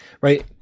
Right